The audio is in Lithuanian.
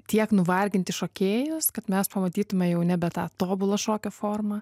tiek nuvarginti šokėjus kad mes pamatytume jau nebe tą tobulą šokio formą